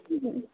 हुँ